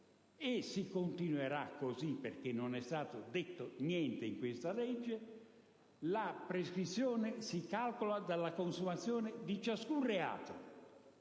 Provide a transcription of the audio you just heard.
e si continuerà in tal modo perché non è stato detto niente in questa legge - la prescrizione si calcola dalla consumazione di ciascun reato.